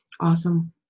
Awesome